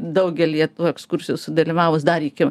daugelyje tų ekskursijų sudalyvavus dar iki